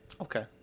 Okay